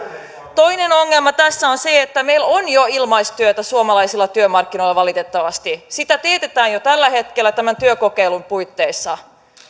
toinen ongelma tässä on se että meillä on jo valitettavasti ilmaistyötä suomalaisilla työmarkkinoilla sitä teetetään jo tällä hetkellä tämän työkokeilun puitteissa